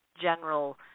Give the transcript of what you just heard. general